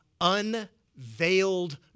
unveiled